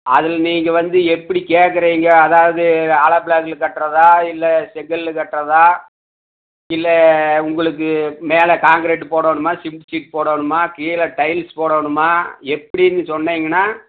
அதில் நீங்கள் வந்து எப்படி கேட்குறீங்க அதாவது ஹாலோ பிளாகில் கட்டுறதா இல்லை செங்கலில் கட்டுறதா இல்லை உங்களுக்கு மேலே காங்க்ரேட் போடோனோமா சிமிண்ட் ஷீட் போடோனோமா கீழே டைல்ஸ் போடோனுமா எப்படின்னு சொன்னிங்கன்னா